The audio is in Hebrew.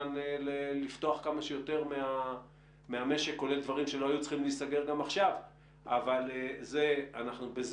לדווח במקום אחד וזה יגיע גם לביטוח הלאומי וגם